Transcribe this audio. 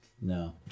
No